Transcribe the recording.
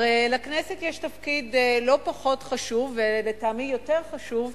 הרי לכנסת יש תפקיד לא פחות חשוב ולטעמי יותר חשוב,